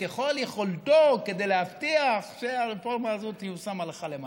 ככל יכולתו כדי להבטיח שהרפורמה הזאת תיושם הלכה למעשה.